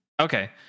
Okay